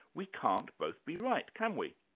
we can't both be right, can we?